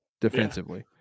defensively